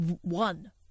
One